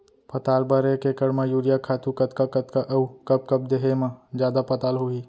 पताल बर एक एकड़ म यूरिया खातू कतका कतका अऊ कब कब देहे म जादा पताल होही?